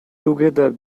together